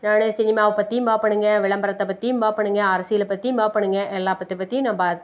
நானு சினிமாவை பற்றியும் பார்ப்பணுங்க விளம்பரத்தை பற்றியும் பார்ப்பணுங்க அரசியலை பத்தியும் பார்ப்பணுங்க எல்லாபத்த பற்றியும் நான் பா